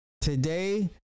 today